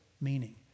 meaning